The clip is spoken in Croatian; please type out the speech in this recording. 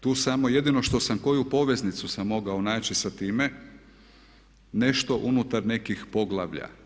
Tu samo jedino što sam koju poveznicu sam mogao naći sa time nešto unutar nekih poglavlja.